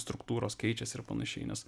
struktūros keičiasi ir panašiai nes